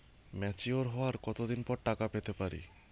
Mature হওয়ার কত দিন পর টাকা পেতে পারি?